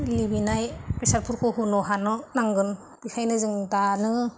लुबैनाय बेसादफोरखौ होनो हानो नांगोन बेनिखायनो जों दानो